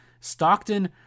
Stockton